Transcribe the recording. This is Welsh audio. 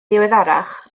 ddiweddarach